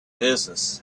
business